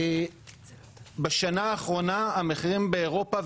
ובשנה האחרונה המחירים באירופה,